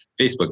Facebook